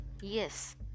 Yes